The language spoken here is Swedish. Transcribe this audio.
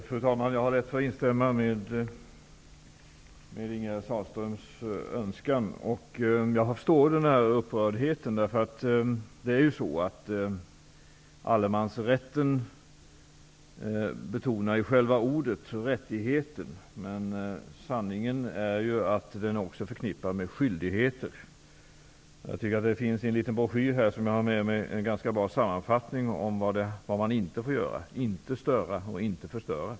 Fru talman! Jag har lätt att instämma med Ingegerd Sahlströms önskan. Jag förstår upprördheten. I själva ordet allemansrätt betonas ju rättigheten, men sanningen är ju att den också är förknippad med skyldigheter. Det finns i en liten broschyr jag har med mig en ganska bra sammanfattning av vad man inte får göra: man får inte störa och inte förstöra.